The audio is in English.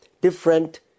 different